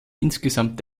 insgesamt